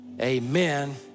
Amen